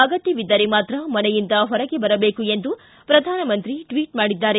ಅಗತ್ಯವಿದ್ದರೆ ಮಾತ್ರ ಮನೆಯಿಂದ ಹೊರಗೆ ಬರಬೇಕು ಎಂದು ಪ್ರಧಾನಮಂತ್ರಿ ಟ್ವಿಟ್ ಮಾಡಿದ್ದಾರೆ